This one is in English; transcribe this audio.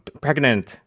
pregnant